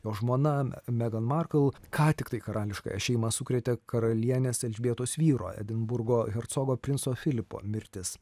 jo žmona megane markl ką tiktai karališkąją šeimą sukrėtė karalienės elžbietos vyro edinburgo hercogo princo filipo mirtis